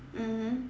mmhmm